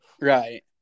Right